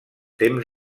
temps